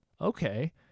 okay